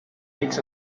its